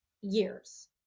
years